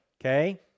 okay